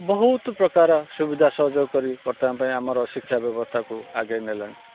ବହୁତ ପ୍ରକାର ସୁବିଧା ସହଯୋଗ କରି ବର୍ତ୍ତମାନ ପାଇଁ ଆମର ଶିକ୍ଷା ବ୍ୟବସ୍ଥାକୁ ଆଗେଇ ନେଲେଣି